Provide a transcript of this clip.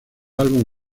álbum